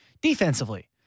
defensively